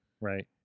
Right